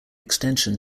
extension